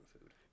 food